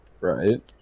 Right